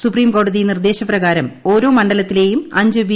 സുപ്പീറ്റ്കോടതി നിർദ്ദേശപ്രകാരം ഓരോ മണ്ഡലത്തിലെയും അഞ്ച് വി